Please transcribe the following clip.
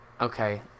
Okay